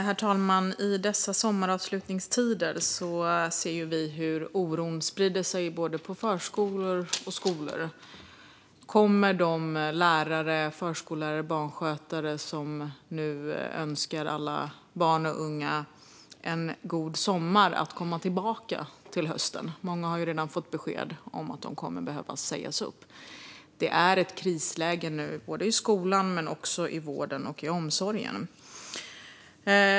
Herr talman! I dessa sommaravslutningstider ser vi hur oron sprider sig både på förskolor och på skolor. Kommer de lärare, förskollärare och barnskötare som nu önskar alla barn och unga en god sommar att komma tillbaka till hösten? Många har redan fått besked om att man kommer att behöva säga upp dem. Det är nu ett krisläge både i skolan och i vården och omsorgen.